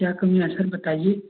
क्या कमियाँ है सर बताइए